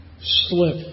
slip